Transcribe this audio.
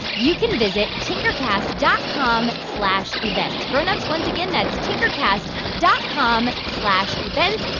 you can visit tinkercast dot com slash events. grown-ups, once again, that's tinkercast dot com slash events.